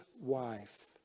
wife